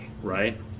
Right